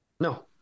no